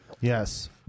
Yes